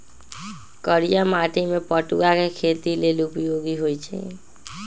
करिया माटि में पटूआ के खेती लेल उपयोगी होइ छइ